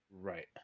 Right